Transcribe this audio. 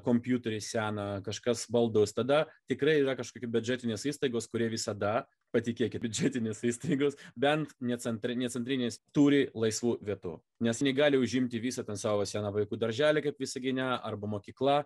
kompiuterį seną kažkas baldus tada tikrai yra kažkokia biudžetinės įstaigos kurie visada patikėkit biudžetinės įstaigos bent ne centrinės ne centrinės turi laisvų vietų nes negali užimti visą ten savo seną vaikų darželį kaip visagine arba mokykla